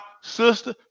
sister